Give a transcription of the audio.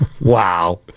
Wow